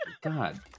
God